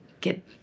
get